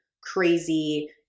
crazy